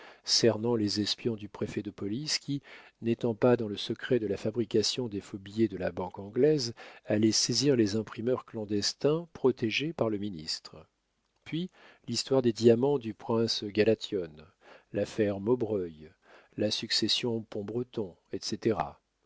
cernant les espions du préfet de police qui n'étant pas dans le secret de la fabrication des faux billets de la banque anglaise allaient saisir les imprimeurs clandestins protégés par le ministre puis l'histoire des diamants du prince galathione l'affaire maubreuil la succession pombreton etc